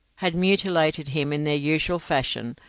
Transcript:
had mutilated him in their usual fashion,